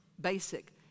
basic